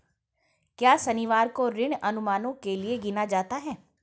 क्या शनिवार को ऋण अनुमानों के लिए गिना जाता है?